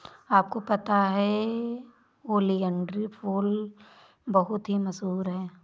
आपको पता है ओलियंडर फूल बहुत ही मशहूर है